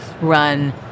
run